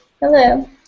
Hello